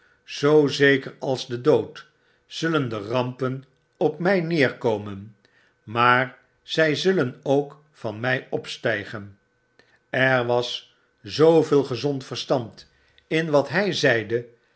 zoo zeker als de dood zullen de rampen op my neerkomen maar zy zullen ook van my opstygen er was zoovele gezond verstand in wat hy zeide